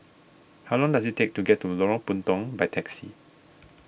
how long does it take to get to Lorong Puntong by taxi